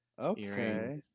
Okay